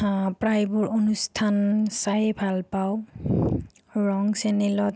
প্ৰায়বোৰ অনুষ্ঠান চায়েই ভাল পাওঁ ৰং চেনেলত